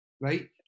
right